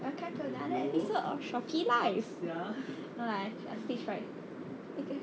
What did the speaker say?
welcome to another episode of Shopee live no lah I stage fright